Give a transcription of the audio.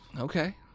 Okay